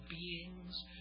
beings